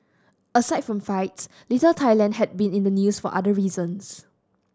aside from fights Little Thailand had been in the news for other reasons